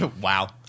wow